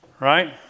Right